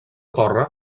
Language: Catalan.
torre